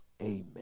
Amen